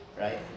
right